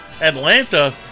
Atlanta